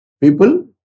people